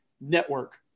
Network